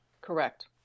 Correct